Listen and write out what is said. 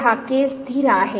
तर हा k स्थिर आहे